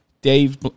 Dave